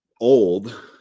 old